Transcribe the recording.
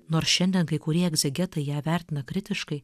nors šiandien kai kurie egzegetai ją vertina kritiškai